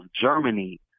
Germany